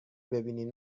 ببینین